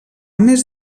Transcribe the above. més